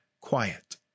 quiet